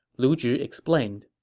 lu zhi explained,